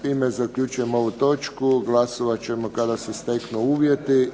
Time zaključujem ovu točku. Glasovat ćemo kada se steknu uvjeti.